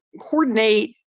coordinate